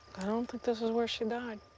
i don't think this is where she died.